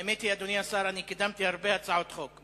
האמת היא, אדוני השר, קידמתי הרבה הצעות חוק.